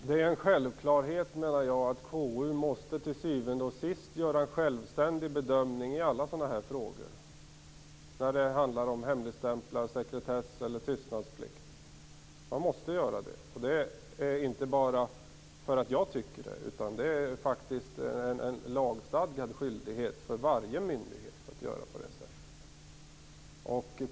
Herr talman! Jag menar att det är en självklarhet att KU till syvende och sist måste göra en självständig bedömning i alla sådana här frågor. Det kan handla om hemligstämpling, sekretess eller tystnadsplikt. Det måste man göra, och inte bara för att jag tycker det, utan det är faktiskt en lagstadgad skyldighet för varje myndighet att göra på det sättet.